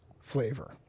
flavor